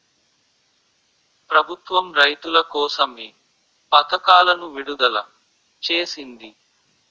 ప్రభుత్వం రైతుల కోసం ఏ పథకాలను విడుదల చేసింది?